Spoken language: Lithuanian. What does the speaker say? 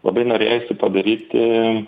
labai norėjosi padaryti